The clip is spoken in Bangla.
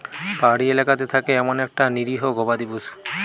পাহাড়ি এলাকাতে থাকে এমন একটা নিরীহ গবাদি পশু